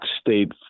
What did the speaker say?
state